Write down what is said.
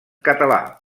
català